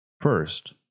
First